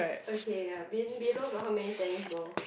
okay ya be~ below got how many tennis balls